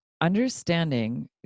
Understanding